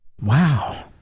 Wow